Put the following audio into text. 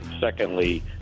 Secondly